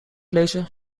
lezen